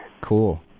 Cool